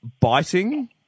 Biting